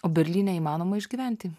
o berlyne įmanoma išgyventi